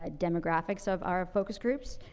ah demographics of our focus groups.